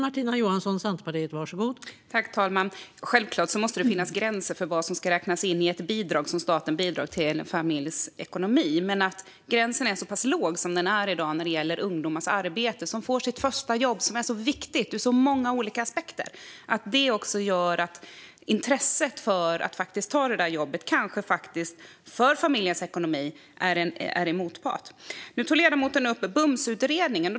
Fru talman! Självklart måste det finnas gränser för vad som ska räknas in i ett bidrag som staten bidrar med till en familjs ekonomi. Men att gränsen är så pass låg som den är i dag när det gäller ungdomars första jobb, som är så viktigt ur så många olika aspekter, gör att intresset för att ta det där jobbet kanske minskar. För familjens ekonomi är det ju till nackdel. Nu tog ledamoten upp BUMS-utredningen.